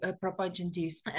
propagandists